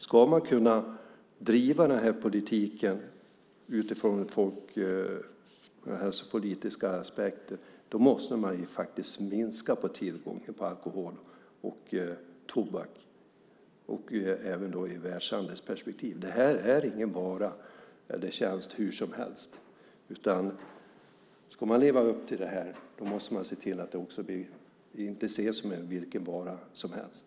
Ska man kunna driva den här politiken utifrån folkhälsopolitiska aspekter måste man faktiskt minska tillgången på alkohol och tobak, även i ett världshandelsperspektiv. Det här är ingen vara eller tjänst vilken som helst. Ska man leva upp till det här måste man se till att det inte ses som vilken vara som helst.